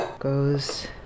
goes